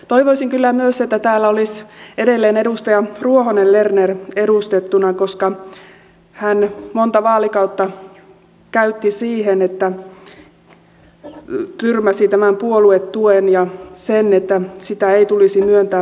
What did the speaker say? toivoisin kyllä myös että täällä olisi edelleen edustaja ruohonen lerner edustettuna koska hän monta vaalikautta käytti siihen että tyrmäsi tämän puoluetuen ja sen että sitä ei tulisi myöntää puolueille